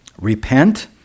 Repent